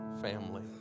family